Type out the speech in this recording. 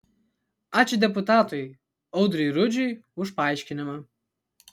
ačiū deputatui audriui rudžiui už paaiškinimą